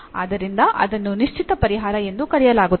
ಆದ್ದರಿಂದ ಅದನ್ನು ನಿಶ್ಚಿತ ಪರಿಹಾರ ಎಂದು ಕರೆಯಲಾಗುತ್ತದೆ